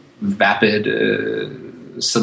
vapid